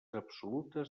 absolutes